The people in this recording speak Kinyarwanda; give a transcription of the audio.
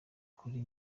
kuri